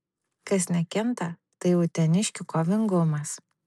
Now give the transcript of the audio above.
kas nekinta tai uteniškių kovingumas